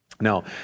Now